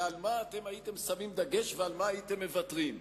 ועל מה אתם הייתם שמים דגש ועל מה הייתם מוותרים.